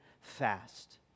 fast